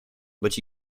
but